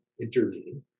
intervene